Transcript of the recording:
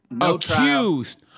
accused